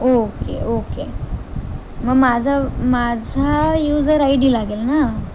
okay okay मग माझा माझा युजर आय डी लागेल ना